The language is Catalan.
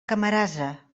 camarasa